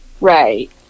Right